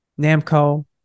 Namco